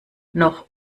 noch